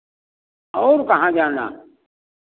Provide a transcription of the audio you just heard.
और कहाँ जाना